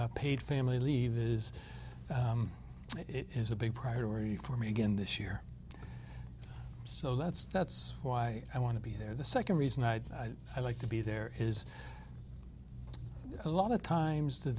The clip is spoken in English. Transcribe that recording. d paid family leave is it is a big priority for me again this year so that's that's why i want to be there the second reason i like to be there is a lot of times the